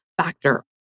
factor